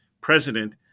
president